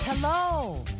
Hello